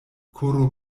koro